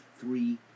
three